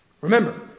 Remember